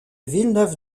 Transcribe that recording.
villeneuve